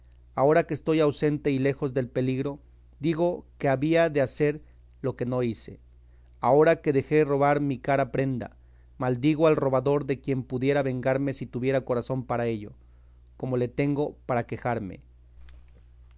ahora que estoy ausente y lejos del peligro digo que había de hacer lo que no hice ahora que dejé robar mi cara prenda maldigo al robador de quien pudiera vengarme si tuviera corazón para ello como le tengo para quejarme